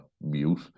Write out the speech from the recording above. mute